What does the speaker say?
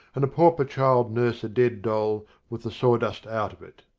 and a pauper child nurse a dead doll with the sawdust out of it.